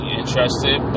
interested